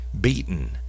beaten